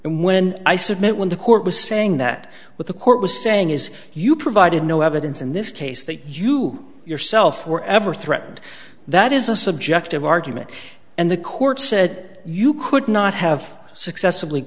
and when i submit when the court was saying that with the court was saying is you provided no evidence in this case that you yourself were ever threatened that is a subjective argument and the court said you could not have successively